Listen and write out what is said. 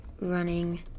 running